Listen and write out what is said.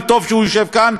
וטוב שהוא יושב כאן,